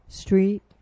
street